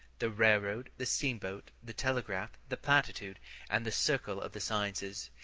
the railroad, the steamboat, the telegraph, the platitude and the circle of the sciences.